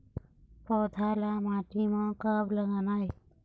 पौधा ला माटी म कब लगाना हे?